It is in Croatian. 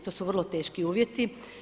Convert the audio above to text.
To su vrlo teški uvjeti.